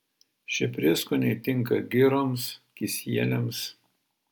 šie prieskoniai tinka giroms kisieliams